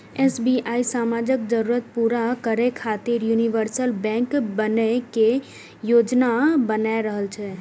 SBI समाजक जरूरत पूरा करै खातिर यूनिवर्सल बैंक बनै के योजना बना रहल छै